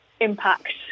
impact